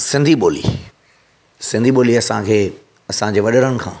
सिंधी ॿोली सिंधी ॿोली असांखे असांजे वॾड़नि खां